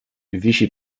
wisi